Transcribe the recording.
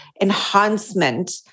enhancement